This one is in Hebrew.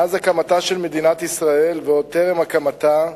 מאז הקמתה של מדינת ישראל, ועוד טרם הקמתה,